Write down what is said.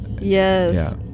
yes